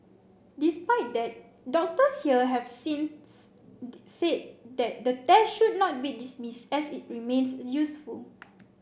despite that doctors here have since said that the test should not be dismissed as it remains useful